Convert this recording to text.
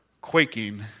quaking